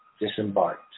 disembarked